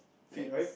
plates